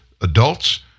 adults